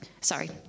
Sorry